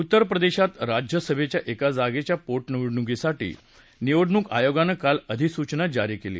उत्तरप्रदेशात राज्यसभेच्या एका जागेच्या पोटनिवडणुकीसाठी निवडणूक आयोगानं काल अधिसूचना जारी केली